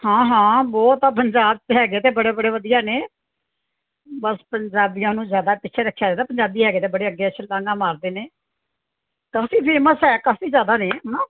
ਹਾਂ ਹਾਂ ਬਹੁਤ ਆ ਪੰਜਾਬ 'ਚ ਹੈਗੇ ਤਾਂ ਬੜੇ ਬੜੇ ਵਧੀਆ ਨੇ ਬਸ ਪੰਜਾਬੀਆਂ ਨੂੰ ਜ਼ਿਆਦਾ ਪਿੱਛੇ ਰੱਖਿਆ ਜਾਂਦਾ ਪੰਜਾਬੀ ਹੈਗੇ ਤਾਂ ਬੜੇ ਅੱਗੇ ਛਲਾਂਗਾ ਮਾਰਦੇ ਨੇ ਕਾਫੀ ਫੇਮਸ ਹੈ ਕਾਫੀ ਜ਼ਿਆਦਾ ਨੇ ਹੈ ਨਾ